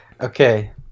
okay